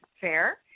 Fair